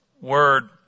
word